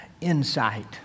insight